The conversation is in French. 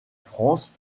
france